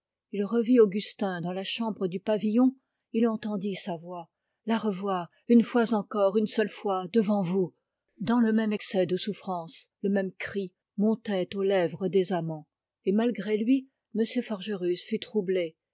il revit augustin dans la chambre du pavillon il entendit sa voix la revoir une fois encore une seule fois devant vous dans le même excès de souffrance le même cri montait aux lèvres des amants et malgré lui m forgerus fut troublé